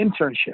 internship